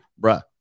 Bruh